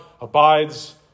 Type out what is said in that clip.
abides